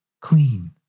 clean